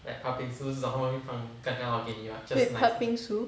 wait patbingsoo